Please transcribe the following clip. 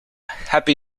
happy